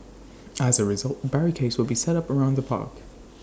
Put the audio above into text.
as A result barricades will be set up around the park